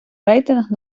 рейтинг